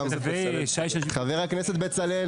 חבר הכנסת בצלאל